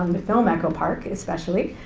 um the film echo park especially,